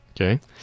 Okay